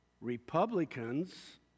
Republicans